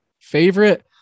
favorite